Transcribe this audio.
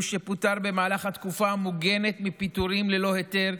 שפוטר במהלך התקופה המוגנת מפיטורים ללא היתר,